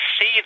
see